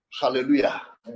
Hallelujah